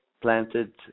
planted